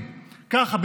ככה,